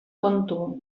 kontu